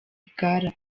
rwigara